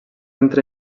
entre